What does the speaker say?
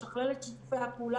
לשכלל את שיתופי הפעולה.